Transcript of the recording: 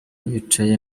bicaye